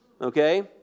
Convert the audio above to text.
Okay